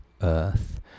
Earth